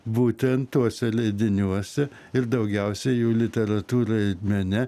būtent tuose leidiniuose ir daugiausiai jų literatūrai mene